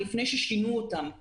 לפני ששינו אותם.